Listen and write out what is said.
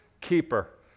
keeper